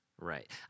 Right